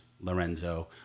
Lorenzo